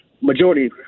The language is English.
majority